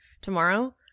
tomorrow